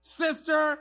sister